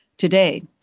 Today